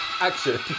Action